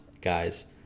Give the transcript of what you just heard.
guys